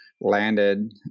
landed